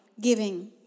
giving